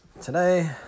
Today